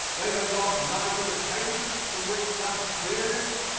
they have lost neither the patience from which comes clearness,